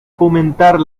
fomentar